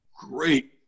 great